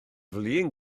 flin